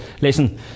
listen